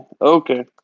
Okay